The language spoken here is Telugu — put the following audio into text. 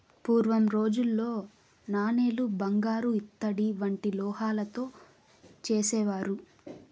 పూర్వం రోజుల్లో నాణేలు బంగారు ఇత్తడి వంటి లోహాలతో చేసేవారు